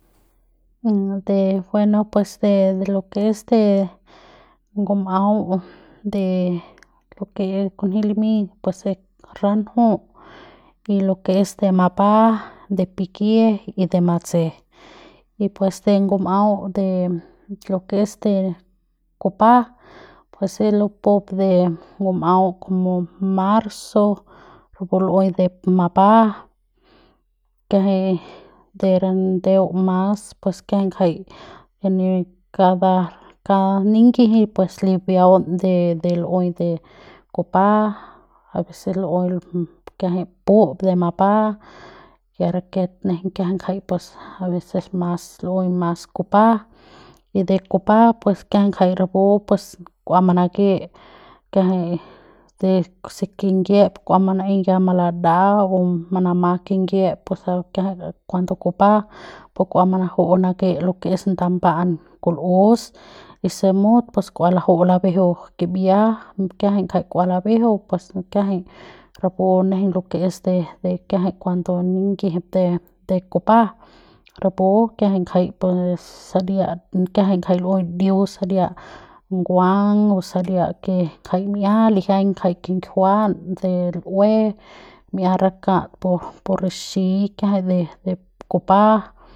De bueno pues de lo que es de ngum'au de lo que kunji limy pues es ranju y de lo que es de mapba de pikie y de matse y pues de ngum'au de lo que es de kupa pues es lupup de ngum'au como marzo kupu lu'uey de mapba keje de ndeu mas pus kiajay ngjay cada ka ninyiji pues libiaun de de de lu'uey de kupa abecés lu'uey kiajay pup de mapba ya raket nejeiñ kiajay ngaik pus abecés mas lu'uey mas kupa y de kupa pus kiajay ngjai rapu pues kua manake kiajay de se kimyiep kua mana'ey ya malada manama kinyiep rapu kiajay cuando kupa pus kua manaju nake lo que es ndaban kul'os y se mut pus kua laju'u laju'u labejeu kibia kiajay jay kua labejeu pues kiajay es de rapu de kiajay cuando ninyijip de de kupa rapu kiajay jay pu seriat kiajay ngajay lu'uey ndiu saria nguang o saria que kjay mi'ia lijiañ kjay kinjiuan de lu'ue mi'ia rakat pu pu rixi de de kupa.